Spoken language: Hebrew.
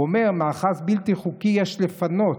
הוא אומר: מאחז בלתי חוקי יש לפנות,